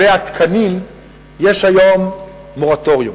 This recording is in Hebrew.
לגבי התקנים יש היום מורטוריום.